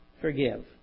forgive